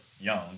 young